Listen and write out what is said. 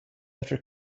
after